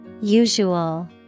Usual